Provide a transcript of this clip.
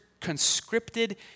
conscripted